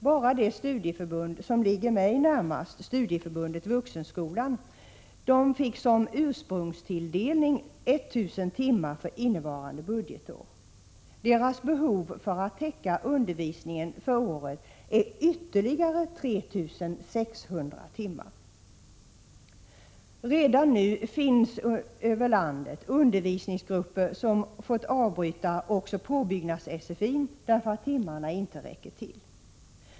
Bara det studieförbund som ligger mig närmast, Studieförbundet Vuxenskolan, fick som ursprungstilldelning 1 000 timmar för innevarande budgetår, medan behovet för att täcka undervisningen för året är ytterligare 3 600 timmar. Redan nu finns över landet undervisningsgrupper som fått avbryta också påbyggnads-SFI därför att timmarna inte räcker till.